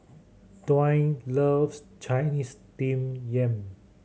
Dwaine loves Chinese Steamed Yam